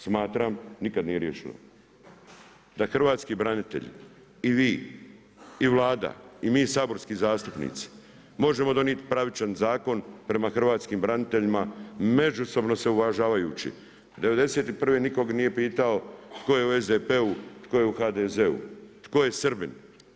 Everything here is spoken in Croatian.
Smatram, nikada nije riješeno, da hrvatski branitelj i vi i Vlada i mi saborski zastupnici možemo donijeti pravičan zakon prema hrvatskim braniteljima, međusobno se uvažavajući. '91. nikog nije pitao tko je u SDP-u, tko je u HDZ-u, tko je Srbin.